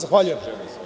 Zahvaljujem.